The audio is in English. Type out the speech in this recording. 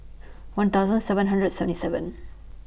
one thousand seven hundred seventy seven